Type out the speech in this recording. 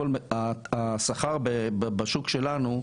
השכר בשוק שלנו,